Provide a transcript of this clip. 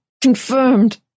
Confirmed